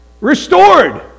Restored